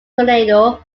tornado